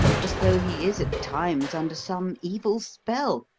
as though he is at times under some evil spell,